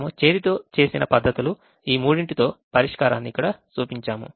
మనము చేతితో చేసిన పద్ధతులు ఈ మూడింటితో పరిష్కారాన్ని ఇక్కడ చూపించాము